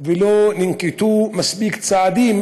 ולא ננקטו מספיק צעדים